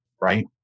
right